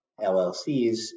LLCs